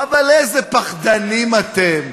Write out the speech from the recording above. אבל איזה פחדנים אתם.